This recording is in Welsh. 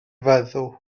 feddw